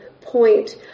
point